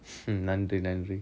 நன்றி நன்றி:nandri nandri